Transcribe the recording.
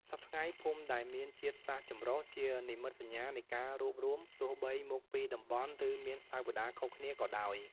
សព្វថ្ងៃ ភូមិដែលមានជាតិសាសន៍ចម្រុះជានិមិត្តសញ្ញានៃការរួបរួមទោះបីមកពីតំបន់ និងមានសាវតាខុសគ្នាក៏ដោយ។